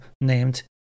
named